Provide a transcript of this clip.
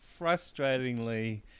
frustratingly